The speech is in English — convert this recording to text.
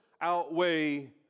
outweigh